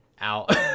out